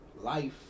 life